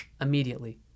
immediately